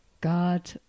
God